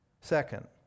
Second